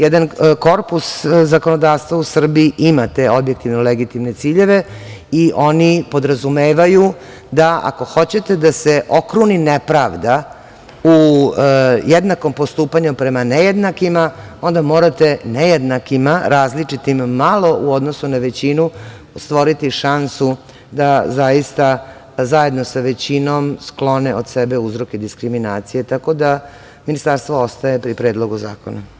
Jedan korpus zakonodavstva u Srbiji ima te legitimne ciljeve i oni podrazumevaju da ako hoćete da se okruni nepravda u jednakom postupanju prema nejednakima, onda morate nejednakima, različitim malo u odnosu na većinu, stvoriti šansu da zaista zajedno sa većinom sklone od sebe uzroke diskriminacije, tako da Ministarstvo ostaje pri Predlogu zakona.